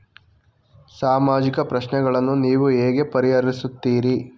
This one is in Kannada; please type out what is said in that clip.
ಸಾಮಾಜಿಕ ಪ್ರಶ್ನೆಗಳನ್ನು ನೀವು ಹೇಗೆ ಪರಿಹರಿಸುತ್ತೀರಿ?